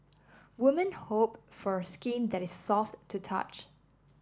woman hope for skin that is soft to touch